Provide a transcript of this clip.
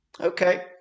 Okay